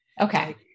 Okay